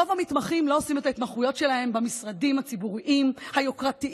רוב המתמחים לא עושים את ההתמחויות שלהם במשרדים הציבוריים היוקרתיים,